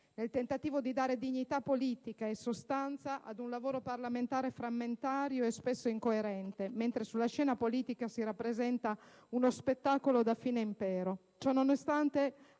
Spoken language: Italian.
nel tentativo di dare dignità politica e sostanza ad un lavoro parlamentare frammentario e spesso incoerente, mentre sulla scena politica si rappresenta uno spettacolo da fine impero. Ciò nonostante,